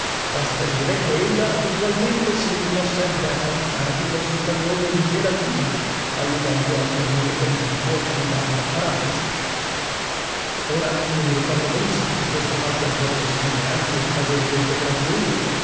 basta dire che ella abitualmente si limitò sempre a trattarmi col soprannome di gelatina alludendo al tremore continuo che mi dava la paralisi ora io mi ricordavo benissimo che questo fatto al povero signor venanzio l'avevo detto proprio io